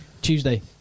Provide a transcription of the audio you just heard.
Tuesday